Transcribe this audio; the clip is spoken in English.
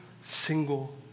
single